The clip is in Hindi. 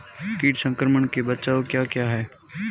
कीट संक्रमण के बचाव क्या क्या हैं?